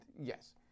yes